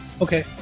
Okay